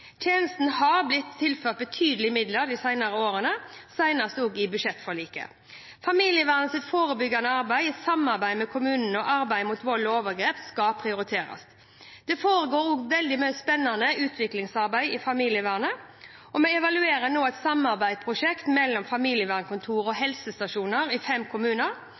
Tjenesten har blitt tilført betydelige midler de senere årene, senest i budsjettforliket. Familievernets forebyggende arbeid i samarbeid med kommunene og arbeidet mot vold og overgrep skal prioriteres. Det foregår også veldig mye spennende utviklingsarbeid i familievernet, og vi evaluerer nå et samarbeidsprosjekt mellom familievernkontor og helsestasjoner i fem kommuner.